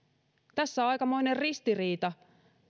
tässä on aikamoinen ristiriita